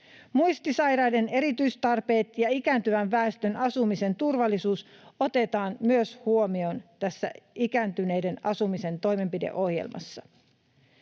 muistisairaiden erityistarpeet ja ikääntyvän väestön asumisen turvallisuus otetaan huomioon tässä ikääntyneiden asumisen toimenpideohjelmassa.